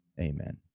Amen